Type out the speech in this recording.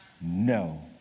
No